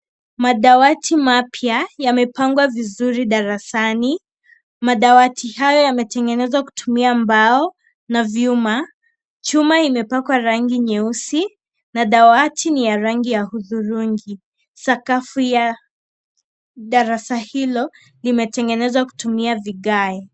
Madawati mapya yamepangwa vizuri darasani. Madawati haya yametengenezwa kutumia mbao na vyuma. Chuma imepakwa rangi nyeusi na dawati ni ya rangi ya hudhurungi. Sakafu ya darasa hilo limetengenezwa kutumia vigae.